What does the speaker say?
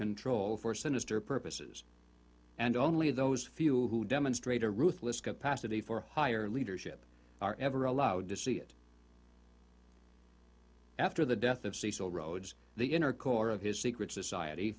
control for sinister purposes and only those few who demonstrate a ruthless capacity for higher leadership are ever allowed to see it after the death of cecil rhodes the inner core of his secret society